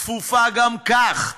צפופה גם כך,